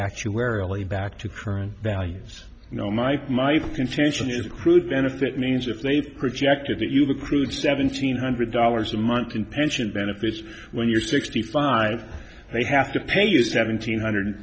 actuarially back to current values you know my my contention is crude benefit means if they projected that you've accrued seventeen hundred dollars a month in pension benefits when you're sixty five they have to pay you seven hundred